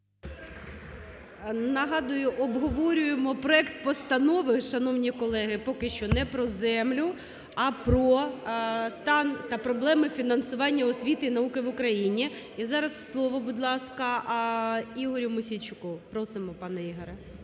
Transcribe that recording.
Нагадую, обговорюємо проект Постанови, шановні колеги, поки що не про землю, а про стан та проблеми фінансування освіти і науки в Україні. І зараз слово, будь ласка, Ігорю Мосійчуку. Просимо, пане Ігоре.